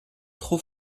trop